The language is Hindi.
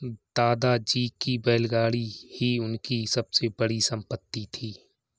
दादाजी की बैलगाड़ी ही उनकी सबसे बड़ी संपत्ति थी